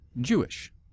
Jewish